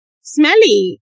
smelly